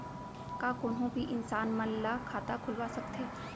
का कोनो भी इंसान मन ला खाता खुलवा सकथे?